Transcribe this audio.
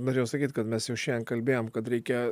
norėjau sakyt kad mes jau šiandien kalbėjom kad reikia